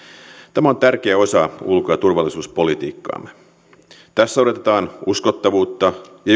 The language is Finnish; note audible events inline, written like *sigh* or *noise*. tämä on tärkeä osa ulko ja turvallisuuspolitiikkaamme tässä odotetaan uskottavuutta ja *unintelligible*